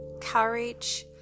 courage